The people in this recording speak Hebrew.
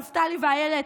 נפתלי ואילת,